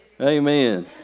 Amen